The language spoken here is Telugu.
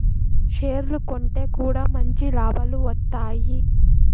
షేర్లు కొంటె కూడా మంచి లాభాలు వత్తాయి